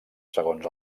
segons